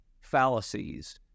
fallacies